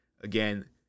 again